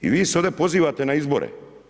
I vi se ovdje pozivate na izbore?